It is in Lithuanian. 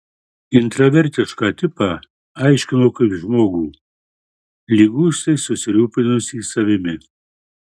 intravertišką tipą aiškino kaip žmogų liguistai susirūpinusį savimi